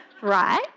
right